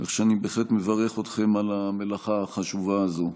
כך שאני בהחלט מברך אתכם על המלאכה החשובה הזאת.